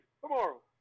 tomorrow